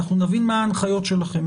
נבין מה ההנחיות שלכם,